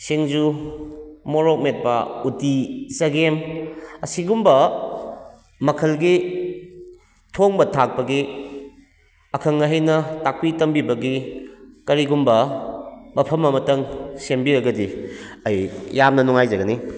ꯁꯤꯡꯖꯨ ꯃꯣꯔꯣꯛ ꯃꯦꯠꯄ ꯎꯠꯇꯤ ꯆꯒꯦꯝ ꯑꯁꯤꯒꯨꯝꯕ ꯃꯈꯜꯒꯤ ꯊꯣꯡꯕ ꯊꯥꯛꯄꯒꯤ ꯑꯈꯪ ꯑꯍꯩꯅ ꯇꯥꯛꯄꯤ ꯇꯝꯕꯤꯕꯒꯤ ꯀꯔꯤꯒꯨꯝꯕ ꯃꯐꯝ ꯑꯃꯇꯪ ꯁꯦꯝꯕꯤꯔꯒꯗꯤ ꯑꯩ ꯌꯥꯝꯅ ꯅꯨꯡꯉꯥꯏꯖꯒꯅꯤ